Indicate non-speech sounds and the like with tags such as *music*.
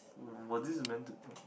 was this is meant to *noise*